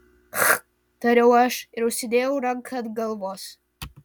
ch tariau aš ir užsidėjau ranką ant galvos